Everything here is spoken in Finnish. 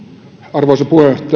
arvoisa